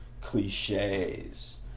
cliches